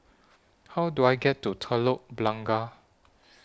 How Do I get to Telok Blangah